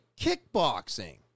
kickboxing